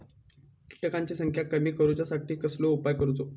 किटकांची संख्या कमी करुच्यासाठी कसलो उपाय करूचो?